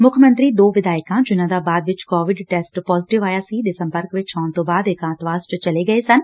ਮੁੱਖ ਮੰਤਰੀ ਦੋ ਵਿਧਾਇਕਾਂ ਜਿਨਾਂ ਦਾ ਬਾਅਦ ਵਿੱਚ ਕੋਵਿਡ ਟੈਸਟ ਪਾਜੇਟਿਵ ਆਇਆ ਸੀ ਦੇ ਸੰਪਰਕ ਵਿੱਚ ਆਉਣ ਤੋਂ ਬਾਅਦ ਏਕਾਤਵਾਸ ਚ ਚਲੇ ਗਏ ਸਨ